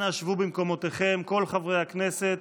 אנא שבו במקומותיכם, כל חברי הכנסת.